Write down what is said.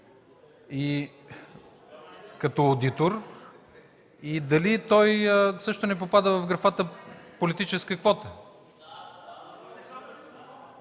като одитор и дали той също не попада в графата „Политическа квота”?